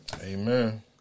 Amen